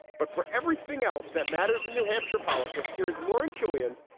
but for everything else that matters in new hampshire politics, here is lauren chooljian,